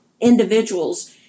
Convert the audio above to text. individuals